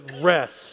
rest